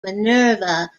minerva